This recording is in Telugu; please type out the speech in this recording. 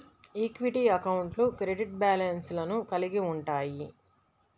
ఈక్విటీ అకౌంట్లు క్రెడిట్ బ్యాలెన్స్లను కలిగి ఉంటయ్యి